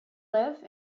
live